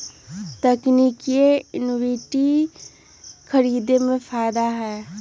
तकनिकिये इक्विटी खरीदे में फायदा हए